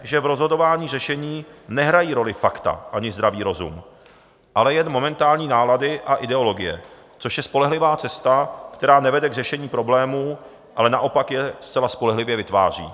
V rozhodování řešení nehrají roli fakta ani zdravý rozum, ale jen momentální nálady a ideologie, což je spolehlivá cesta, která nevede k řešení problémů, ale naopak je zcela spolehlivě vytváří.